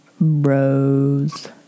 bros